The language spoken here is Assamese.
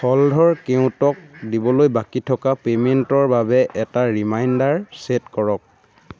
হলধৰ কেওটক দিবলৈ বাকী থকা পে'মেণ্টৰ বাবে এটা ৰিমাইণ্ডাৰ চে'ট কৰক